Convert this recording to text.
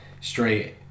straight